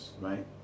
right